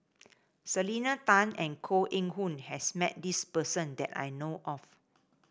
Selena Tan and Koh Eng Hoon has met this person that I know of